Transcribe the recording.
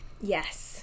Yes